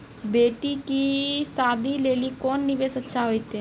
बेटी के शादी लेली कोंन निवेश अच्छा होइतै?